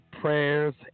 prayers